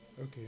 Okay